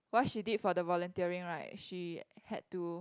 what she did for the volunteering right she had to